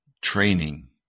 training